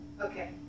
Okay